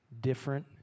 different